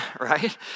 right